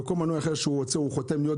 ומינויים אחרים שרוצים חותמים שהם רוצים להיות